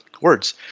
words